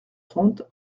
trente